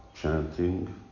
chanting